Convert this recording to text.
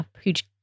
huge